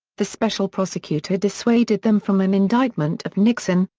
the special prosecutor dissuaded them from an indictment of nixon,